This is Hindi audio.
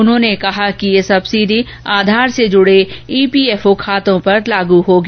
उन्होंने कहा कि यह सब्सिडी आधार से जुडे ईपीएफओ खातों पर लागू होगी